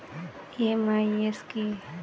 MIS কি?